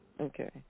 Okay